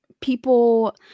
people